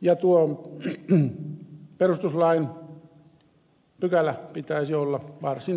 ja tuon perustuslain pykälän pitäisi olla varsin selvää tekstiä